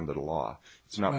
under the law it's not